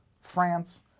France